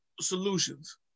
solutions